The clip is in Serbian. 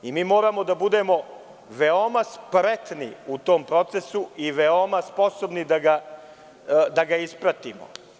I mi moramo da budemo veoma spretni u tom procesu i veoma sposobni da ga ispratimo.